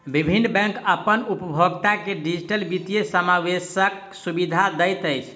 विभिन्न बैंक अपन उपभोगता के डिजिटल वित्तीय समावेशक सुविधा दैत अछि